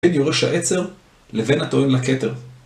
בין יורש העצר לבין הטוען לכתר.